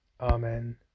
Amen